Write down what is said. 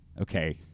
Okay